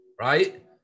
right